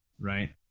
Right